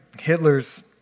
Hitler's